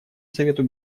совету